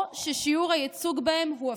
או ששיעור הייצוג בהם הוא אפסי.